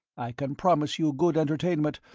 i can promise you good entertainment,